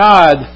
God